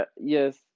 yes